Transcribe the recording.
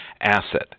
asset